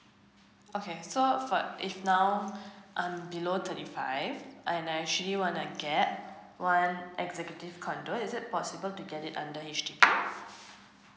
okay so uh if now I'm below thirthy five and I actually wanna get one executive condo is it possible to get it under H_D_B